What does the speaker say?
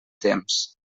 temps